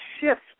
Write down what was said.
shift